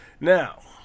Now